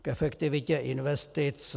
K efektivitě investic.